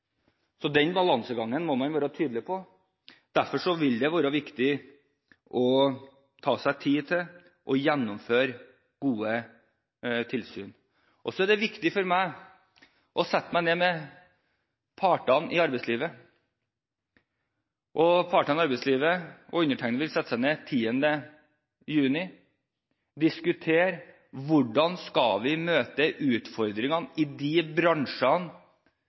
være tydelig på. Derfor vil det være viktig å ta seg tid til å gjennomføre gode tilsyn. Det er også viktig for meg å sette meg ned med partene i arbeidslivet. Partene i arbeidslivet og undertegnede vil sette oss ned 10. juni og diskutere hvordan vi skal møte utfordringene i de bransjene